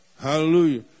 Hallelujah